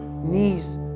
knees